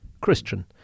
Christian